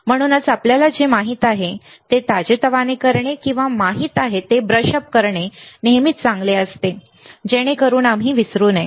म्हणून आपल्याला जे माहित आहे ते ताजेतवाने करणे किंवा जे काही माहित आहे ते ब्रश अप करणे नेहमीच चांगले असते जेणेकरून आम्ही विसरू नये